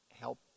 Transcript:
help